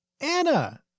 Anna